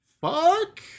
Fuck